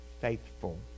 faithful